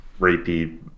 rapey